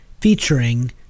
featuring